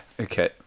Okay